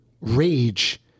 rage